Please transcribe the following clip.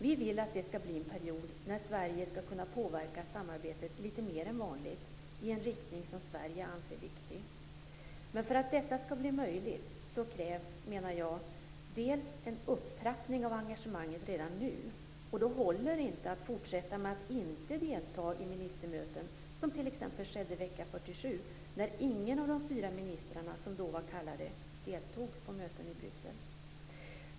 Vi vill att det skall bli en period då Sverige skall kunna påverka samarbetet lite mer än vanligt i en riktning som Sverige anser viktig. Men för att detta skall bli möjligt krävs dels en upptrappning av engagemanget redan nu. Då håller inte att fortsätta med att inte delta i ministermöten, som skedde t.ex. vecka 47 när ingen av de fyra ministrar som då var kallade deltog på möten i Bryssel.